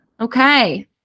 Okay